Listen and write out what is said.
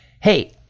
Hey